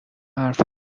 حرف